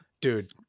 Dude